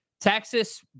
Texas –